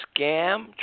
Scam